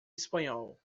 espanhol